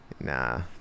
nah